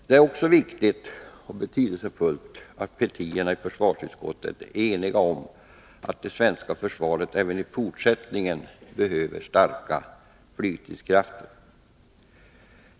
Det är viktigt och betydelsefullt att partierna i försvarsutskottet är eniga om att det svenska försvaret även i fortsättningen behöver starka flygstridskrafter.